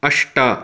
अष्ट